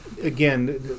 again